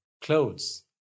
Clothes